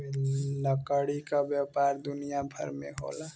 लकड़ी क व्यापार दुनिया भर में होला